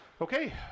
okay